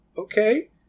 okay